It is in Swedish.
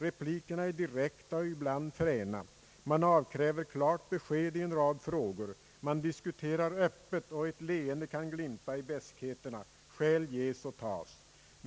Replikerna är direkta och ibland fräna, man avkräver klart besked i en rad frågor, man diskuterar öppet och ett leende kan glimta i beskheterna, skäl ges och tas.